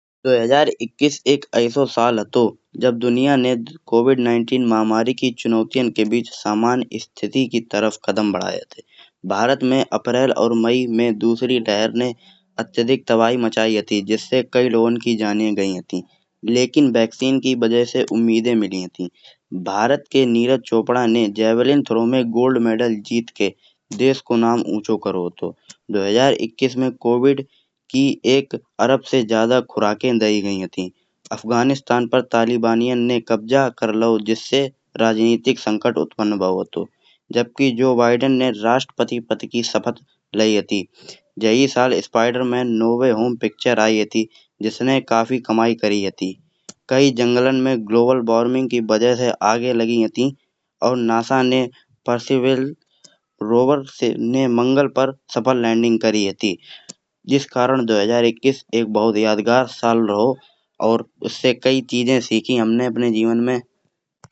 दो हजार इक्कीस एक अइसो साल हथो जब दुनिया ने कोविड नाइनटीन की महामारी की चुनौतियन के बीच सामान्य स्थिति की तरफ कदम बढाये हते। भारत में अप्रैल और मई में दुसरी लहर ने अत्यधिक तबाही मचायी हती जिससे कई लोगों की जाने गयी हती। लेकिन वैक्सीन की वजह से उम्मीदें मिली हती भारत के नीरज चोपड़ा ने जेवलिन थ्रो में गोल्ड मेडल जीत के देश को ऊँचो करौ हथो। दो हजार इक्कीस में कोविड की एक अरब से ज्यादा खुराखे दयी गयी हती। अफगानिस्तान पर तालिबानियन ने कब्जा करलाओ। जिससे राजनीतिक संकट उत्पन्न भाओ हथो। जबकि जो बाइडेन ने राष्ट्रपति पद की शपथ लायी हती। जेहि साल Spiderman no way home picture आयी हती जिसने काफी कमाई करी हती कई जंगलन में ग्लोबल वार्मिंग की वजह से आग लगी हती। और नासा ने रोवर्स ने मंगल पर सफल लैंडिंग करी हती। जिस कारण दो हजार इक्कीस एक बहोत यादगार साल रहो और उससे कई चीजें सिखी हमने अपने जीवन में।